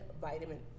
vitamin